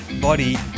body